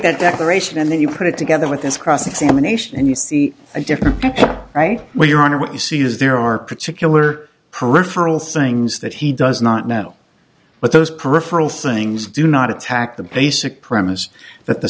that declaration and then you put it together with this cross examination and you see a difference right where your honor what you see is there are particular peripheral things that he does not know but those peripheral things do not attack the basic premise that the